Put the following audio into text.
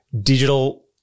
digital